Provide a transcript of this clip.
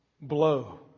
blow